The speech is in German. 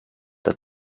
das